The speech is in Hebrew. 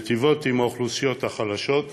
מיטיבות עם האוכלוסיות החלשות,